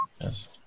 Yes